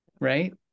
right